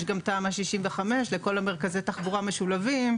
יש גם תמ"א 65 לכל מרכזי התחבורה משולבים.